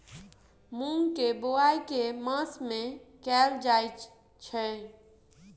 मूँग केँ बोवाई केँ मास मे कैल जाएँ छैय?